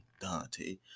Dante